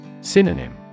Synonym